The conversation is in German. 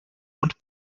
und